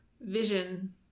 vision